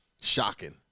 Shocking